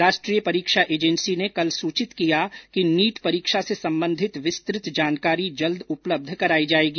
राष्ट्रीय परीक्षा एजेंसी ने कल सूचित किया कि नीट परीक्षा से संबंधित विस्तृत जानकारी जल्द उपलब्ध कराई जाएगी